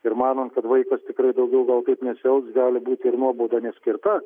ir manant kad vaikas tikrai daugiau gal taip nesielgs gali būti ir nuobauda neskirta